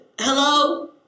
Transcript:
Hello